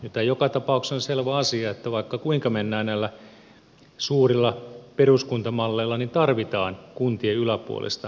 nythän joka tapauksessa on selvä asia että vaikka kuinka mennään näillä suurilla peruskuntamalleilla niin tarvitaan kuntien yläpuolista hallintoa